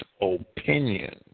opinion